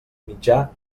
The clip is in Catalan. mitjà